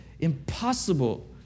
impossible